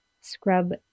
scrub